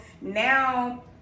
Now